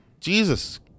Jesus